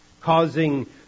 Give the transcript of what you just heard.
causing